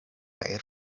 kaj